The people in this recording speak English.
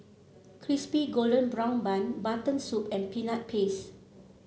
Crispy Golden Brown Bun Mutton Soup and Peanut Paste